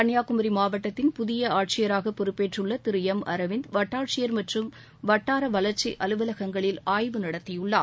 கன்னியாகுமி மாவட்டத்தின் புதிய ஆட்சியராக பொறுப்பேற்றுள்ள திரு எம் அரவிந்த் வட்டாட்சியர் மற்றும் வட்டார வளர்ச்சி அலுவலகங்களில் ஆய்வு நடத்தியுள்ளார்